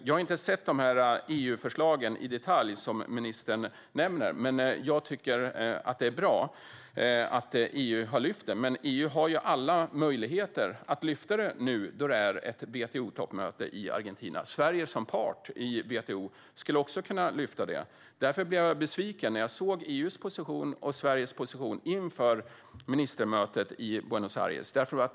Jag har inte i detalj sett de EU-förslag som ministern nämner, men jag tycker att det är bra att EU har lyft detta. EU har alla möjligheter att lyfta det nu när det är ett WTO-toppmöte i Argentina, och Sverige som part i WTO skulle också kunna lyfta det. Därför blev jag besviken när jag såg EU:s position och Sveriges position inför ministermötet i Buenos Aires.